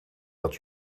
dat